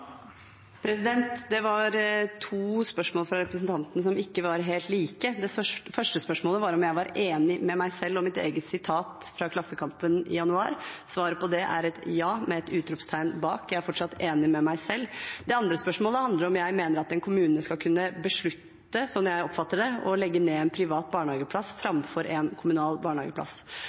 Det var to spørsmål fra representanten som ikke var helt like. Det første spørsmålet var om jeg var enig med meg selv og mitt eget sitat fra Klassekampen i januar. Svaret på det er et ja med et utropstegn bak. Jeg er fortsatt enig med meg selv. Det andre spørsmålet handler om hvorvidt jeg mener at en kommune skal kunne beslutte – slik jeg oppfatter det – å legge ned en privat barnehageplass framfor en kommunal barnehageplass.